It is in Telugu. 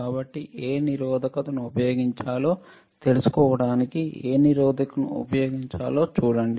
కాబట్టి ఏ నిరోధకతను ఉపయోగించాలో తెలుసుకోవటానికిఏ నిరోధకతను ఉపయోగించాలో చూడండి